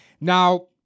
Now